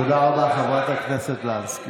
תודה רבה, חברת הכנסת לסקי.